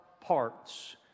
parts